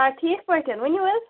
آ ٹھیٖک پٲٹھۍ ؤنِو حظ